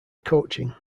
coaching